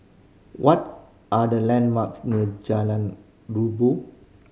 what are the landmarks near Jalan Rabu